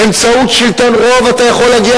באמצעות שלטון רוב אתה יכול להגיע